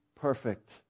perfect